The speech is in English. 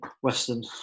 western